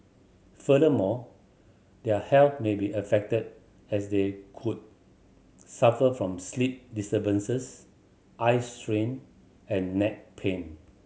furthermore their health may be affected as they could suffer from sleep disturbances eye strain and neck pain